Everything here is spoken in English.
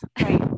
Right